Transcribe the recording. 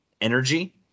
energy